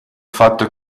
fatto